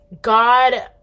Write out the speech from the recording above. God